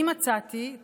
א.